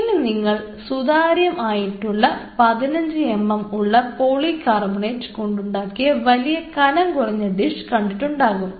ഇനി നിങ്ങൾ സുതാര്യം ആയിട്ടുള്ള 15mm ഉള്ള പോളികാർബണേറ്റ് കൊണ്ടുണ്ടാക്കിയ വളരെ കനം കുറഞ്ഞ ഡിഷ് കണ്ടിട്ടുണ്ടാകും